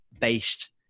based